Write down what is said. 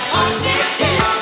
Positive